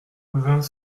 vingt